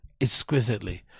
exquisitely